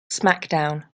smackdown